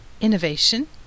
innovation